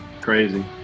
Crazy